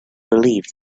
believed